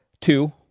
two